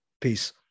Peace